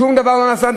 שום דבר לא נעשה,